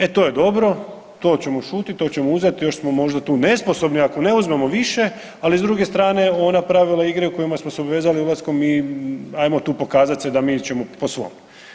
E to je dobro, to ćemo šutit, to ćemo uzeti još smo možda tu nesposobni ako ne uzmemo više ali s druge strane ona pravila igre u kojem smo se obvezali ulaskom i ajmo tu pokazati se da mi ćemo po svome.